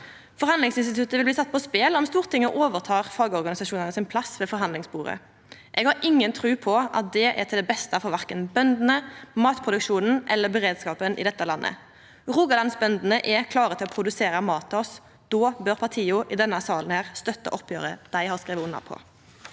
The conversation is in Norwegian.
Forhandlingsinstituttet vil bli sett på spel om Stortinget overtek fagorganisasjonane sin plass ved forhandlingsbordet. Eg har inga tru på at det er til det beste for verken bøndene, matproduksjonen eller beredskapen i dette landet. Rogalandsbøndene er klare til å produsera mat til oss. Då bør partia i denne salen støtta oppgjeret dei har skrive under på.